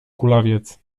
kulawiec